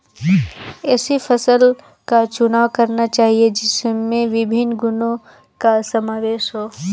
ऐसी फसल का चुनाव करना चाहिए जिसमें विभिन्न गुणों का समावेश हो